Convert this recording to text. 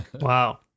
Wow